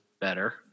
better